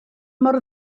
mor